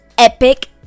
Epic